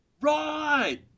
Right